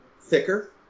thicker